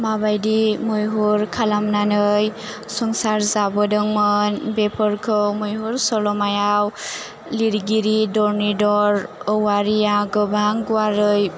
माबायदि मैहुर खालानानै संसार जाबोदोंमोन बेफोरखौ मैहुर सलमायाव लिरगिरि धरनिधर औवारिआ गोबां गुवारै